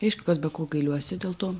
aišku kas be ko gailiuosi dėl to